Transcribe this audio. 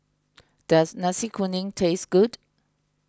does Nasi Kuning taste good